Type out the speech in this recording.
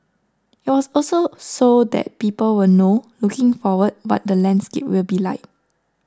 it was also so that people will know looking forward what the landscape will be like